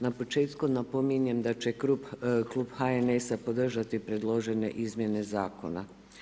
Na početku napominjem da će klub HNS-a podržati predložene izmjene zakona.